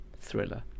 thriller